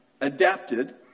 adapted